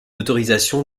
autorisation